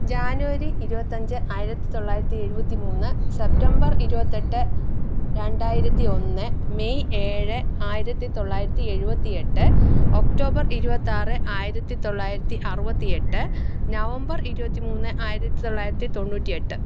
ജനുവരി ഇരുപത്തഞ്ച് ആയിരത്തി തൊള്ളായിരത്തി എഴുപത്തി മൂന്ന് സെപ്റ്റംബർ ഇരുപത്തെട്ട് രണ്ടായിരത്തി ഒന്ന് മെയ് ഏഴ് ആയിരത്തി തൊള്ളായിരത്തി എഴുപത്തി എട്ട് ഒക്ടോബർ ഇരുപത്താറ് ആയിരത്തി തൊള്ളായിരത്തി അറുപത്തി എട്ട് നവംബർ ഇരുപത്തി മൂന്ന് ആയിരത്തി തൊള്ളായിരത്തി തൊണ്ണൂറ്റിയെട്ട്